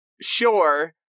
sure